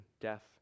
death